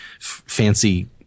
fancy